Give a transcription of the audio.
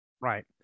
right